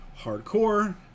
hardcore